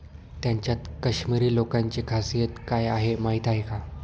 त्यांच्यात काश्मिरी लोकांची खासियत काय आहे माहीत आहे का?